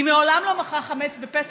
היא מעולם לא מכרה חמץ בפסח,